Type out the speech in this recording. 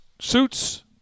Suits